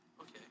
Okay